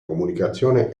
comunicazione